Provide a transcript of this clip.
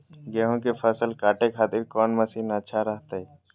गेहूं के फसल काटे खातिर कौन मसीन अच्छा रहतय?